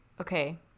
okay